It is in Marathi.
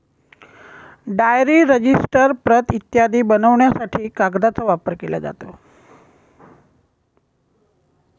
डायरी, रजिस्टर, प्रत इत्यादी बनवण्यासाठी कागदाचा वापर केला जातो